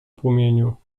płomieniu